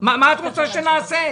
מה את רוצה שנעשה?